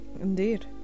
indeed